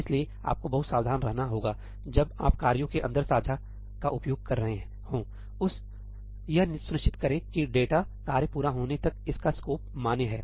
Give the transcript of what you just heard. इसलिए आपको बहुत सावधान रहना होगा जब आप कार्यों के अंदर साझा का उपयोग कर रहे होंउस यह सुनिश्चित करें कि डेटा कार्य पूरा होने तक इसका स्कोप मान्य है